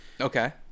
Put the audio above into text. okay